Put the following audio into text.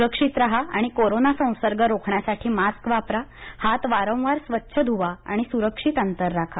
सुरक्षित राहा आणि कोरोना संसर्ग रोखण्यासाठी मास्क वापरा हात वारंवार स्वच्छ धुवा सुरक्षित अंतर ठेवा